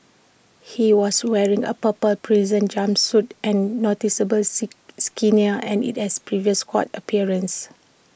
he was wearing A purple prison jumpsuit and noticeably see skinnier and at his previous court appearance